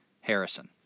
Harrison